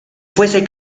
fuese